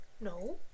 no